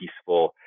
peaceful